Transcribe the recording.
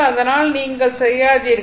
அதனால் நீங்கள் செய்யாதீர்கள்